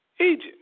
Egypt